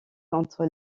contre